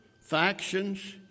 factions